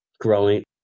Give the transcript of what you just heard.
growing